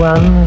One